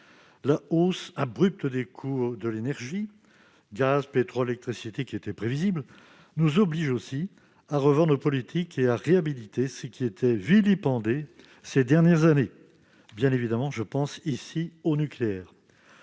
La hausse abrupte des coûts de l'énergie- gaz, pétrole, électricité -, qui était prévisible, nous oblige aussi à revoir nos politiques et à réhabiliter ce qui était vilipendé ces dernières années. Bien évidemment, je pense ici au nucléaire.